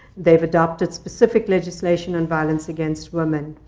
they've adopted specific legislation on violence against women.